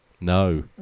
No